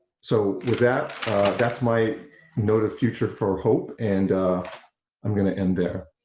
so with that that's my note of future for hope, and i'm gonna end there,